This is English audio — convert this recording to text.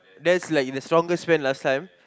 that's like the strongest pen last time